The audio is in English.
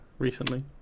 Recently